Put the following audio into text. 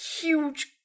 huge